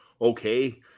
okay